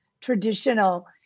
traditional